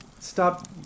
Stop